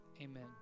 amen